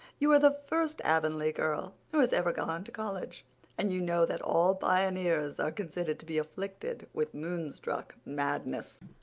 you are the first avonlea girl who has ever gone to college and you know that all pioneers are considered to be afflicted with moonstruck madness.